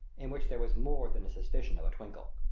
in which there was more than the suspicion of a twinkle.